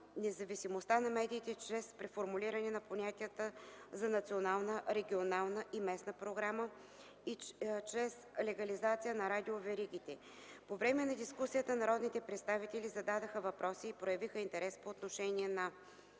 независимостта на медиите чрез преформулиране на понятията за национална, регионална и местна програма и чрез легализация на радиоверигите. По време на дискусията народните представители зададоха въпроси и проявиха интерес по отношение на: